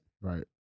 Right